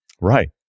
Right